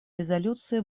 резолюции